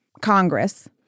Congress